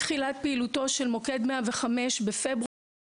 פעילותו של מוקד 105 החל בפברואר 2018